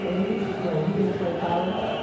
ah he used to play. he didn't play college.